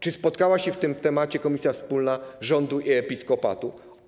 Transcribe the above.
Czy spotkała się w tej sprawie komisja wspólna rządu i episkopatu?